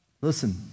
Listen